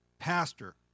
pastor